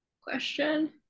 question